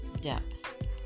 depth